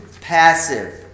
Passive